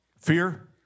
fear